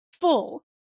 full